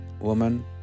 Woman